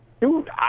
dude